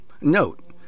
Note